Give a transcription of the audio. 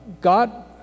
god